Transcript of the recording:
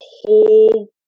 whole